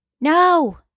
No